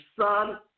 son